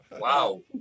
Wow